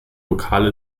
lokale